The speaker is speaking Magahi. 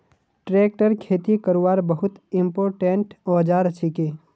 ट्रैक्टर खेती करवार बहुत इंपोर्टेंट औजार छिके